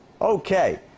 Okay